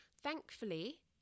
thankfully